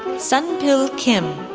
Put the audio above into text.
sunpil kim,